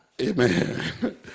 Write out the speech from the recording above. Amen